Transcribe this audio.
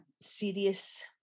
serious